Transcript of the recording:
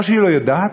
או שהיא לא יודעת,